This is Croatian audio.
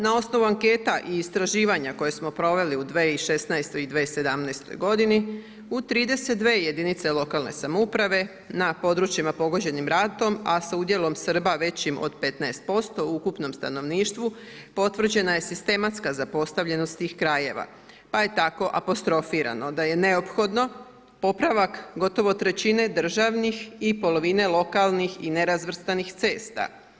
Na osnovu anketa i istraživanja koje smo proveli u 2016. i 2017. godini, u 32 jedinice lokalne samouprave na područjima pogođenim ratom, a sa udjelom Srba većim od 15% u ukupnom stanovništvu, potvrđena je sistematska zapostavljenost tih krajeva, pa je tako apostrofirano da je neophodno popravak gotovo trećine državnih i polovine lokalnih i nerazvrstanih cesta.